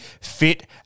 fit